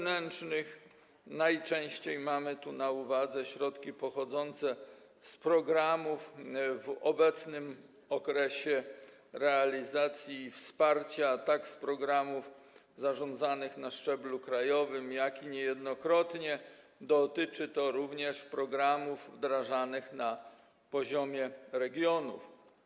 Najczęściej mamy tu na uwadze środki pochodzące z programów w obecnym okresie realizacji, jak również z programów zarządzanych na szczeblu krajowym, a niejednokrotnie dotyczy to również programów wdrażanych na poziomie regionów.